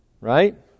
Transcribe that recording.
Right